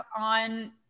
on